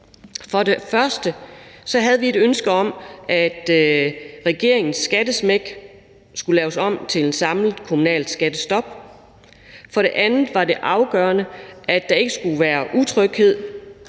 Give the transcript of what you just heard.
For det første havde vi et ønske om, at regeringens skattesmæk skulle laves om til et samlet kommunalt skattestop. For det andet var det afgørende, at der ikke skulle være utryghed